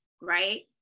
right